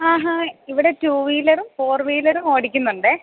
ആഹാ ഇവിടെ റ്റൂ വീലറും ഫോർ വീലറും ഓടിക്കുന്നുണ്ടേ